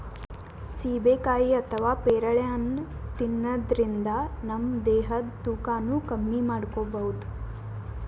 ಸೀಬೆಕಾಯಿ ಅಥವಾ ಪೇರಳೆ ಹಣ್ಣ್ ತಿನ್ನದ್ರಿನ್ದ ನಮ್ ದೇಹದ್ದ್ ತೂಕಾನು ಕಮ್ಮಿ ಮಾಡ್ಕೊಬಹುದ್